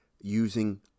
using